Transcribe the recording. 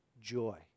joy